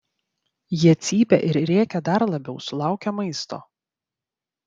jie cypia ir rėkia dar labiau sulaukę maisto